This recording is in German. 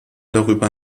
darüber